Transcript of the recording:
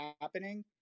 happening